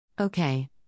Okay